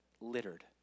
littered